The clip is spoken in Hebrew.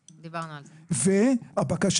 זאת אומרת, בין המתפרעים לבין הרופא הפכו